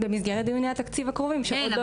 במסגרת דיוני התקציב הקרובים שעוד לא התחילו להתקיים.